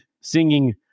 singing